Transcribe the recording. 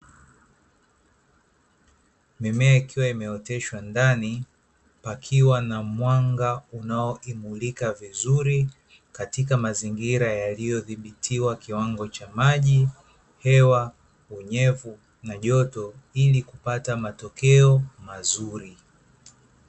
Mimea ikiwa imeoteshwa, ndani pakiwa na mwanga unaomulika vizuri katika mazingira yaliyodhibitiwa kiwango cha maji, hewa, unyevu na joto ili kupata matokeo mazuri.